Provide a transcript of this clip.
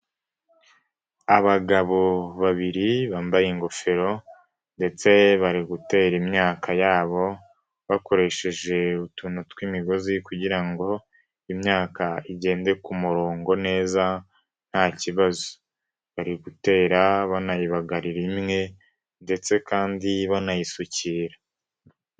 Abagabo babiri bambaye ingofero ndetse bari gutera imyaka yabo bakoresheje utuntu tw'imigozi kugirango ngo imyaka igende ku murongo neza nta kibazo. Bari gutera banayibagarira imwe ndetse kandi banayisukira.